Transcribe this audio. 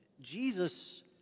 Jesus